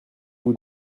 vous